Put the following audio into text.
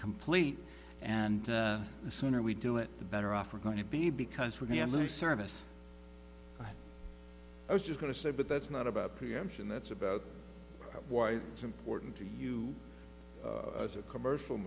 complete and the sooner we do it the better off we're going to be because we're going to lose service i was just going to say but that's not about preemption that's about why it's important to you as a commercial